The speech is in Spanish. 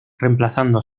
reemplazando